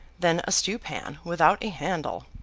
than a stewpan without a handle.